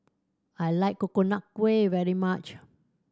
I like Coconut Kuih very much